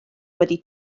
wedi